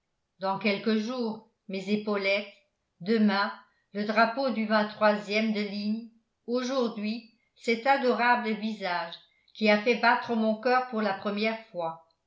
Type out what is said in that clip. dans quelques jours mes épaulettes demain le drapeau du ème de ligne aujourd'hui cet adorable visage qui a fait battre mon coeur pour la première fois